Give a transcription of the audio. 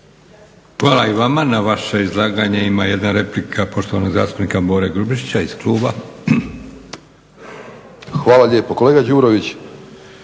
Hvala i vama. Na vaše izlaganje ima jedna replika poštovanog zastupnika Bore Grubišića iz kluba. **Grubišić, Boro